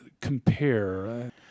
compare